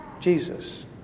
Jesus